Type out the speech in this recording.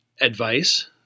advice